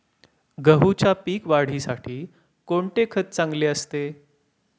गहूच्या पीक वाढीसाठी कोणते खत चांगले असते?